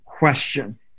Question